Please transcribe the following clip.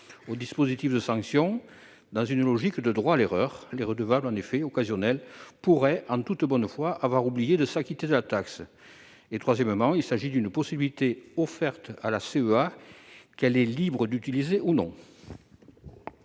au dispositif de sanction, dans une logique de « droit à l'erreur ». Ainsi, les redevables occasionnels pourraient, en toute bonne foi, avoir oublié de s'acquitter de la taxe. Troisièmement, il s'agit d'une possibilité offerte à la CEA, qu'elle est libre d'utiliser ou non.